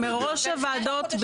מראש הוועדות,